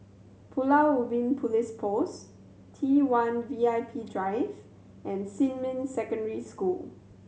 Pulau Ubin Police Post T One V I P Drive and Xinmin Secondary School